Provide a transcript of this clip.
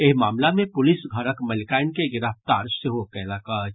एहि मामिला मे पुलिस घरक मलिकाइन के गिरफ्तार सेहो कयलक अछि